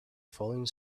falling